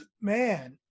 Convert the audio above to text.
man